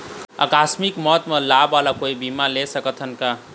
आकस मिक मौत म लाभ वाला कोई बीमा ले सकथन का?